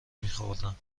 میخوردم